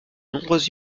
nombreuses